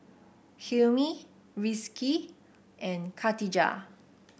Hilmi Rizqi and Katijah